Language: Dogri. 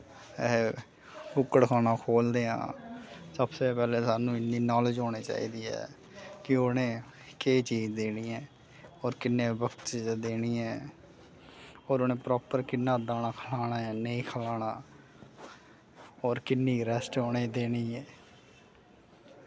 कुक्कड़ खान्ना खोलदे आं सबसे पैह्ले साह्नू इन्नी नालेज होने चाहिदी ऐ कि उनें केह् चीज देनी ऐ और किन्ने वक्त च देनी ऐ और उनें प्रापर किन्ना दाना खलाना यां नेईं खलाना और किन्नी रैस्ट उनें देनी ऐ